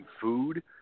food